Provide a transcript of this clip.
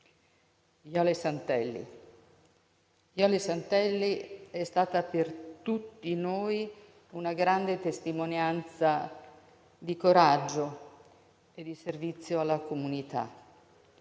Jole Santelli. Jole Santelli è stata per tutti noi una grande testimonianza di coraggio e di servizio alla comunità.